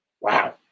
Wow